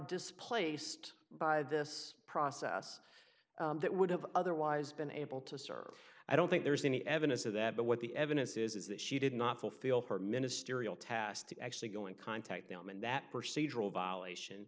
displaced by this process that would have otherwise been able to serve i don't think there's any evidence of that but what the evidence is is that she did not fulfill her ministerial task to actually go and contact them and that procedural violation